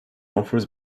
offers